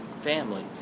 family